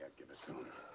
give it to him.